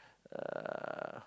uh